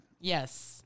Yes